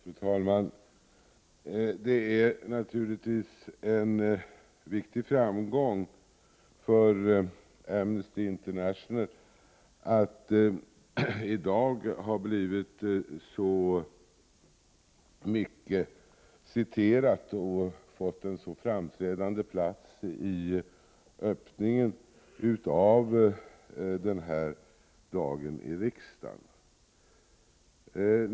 Fru talman! Det är naturligtvis en viktig framgång för Amnesty International att organisationen i dag blivit så flitigt citerad och fick en så framträdande plats i ceremonin i början av denna arbetsdag i riksdagen.